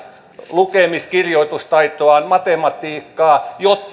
lukemis kirjoitustaitoaan matematiikkaa